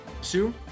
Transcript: Sue